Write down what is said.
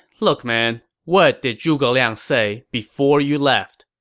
look man, what did zhuge liang say before you left?